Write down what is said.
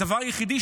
הדבר היחידי,